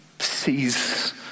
sees